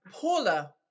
Paula